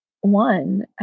one